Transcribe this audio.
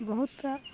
ବହୁତ